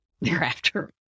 thereafter